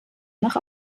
nach